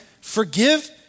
forgive